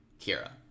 Kira